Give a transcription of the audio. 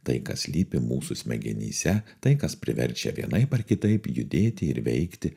tai kas slypi mūsų smegenyse tai kas priverčia vienaip ar kitaip judėti ir veikti